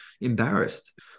embarrassed